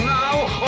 now